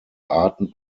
arten